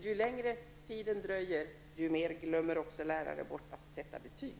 Ju längre tid det dröjer, desto mer glömmer lärare bort hur man sätter betyg.